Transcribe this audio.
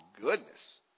goodness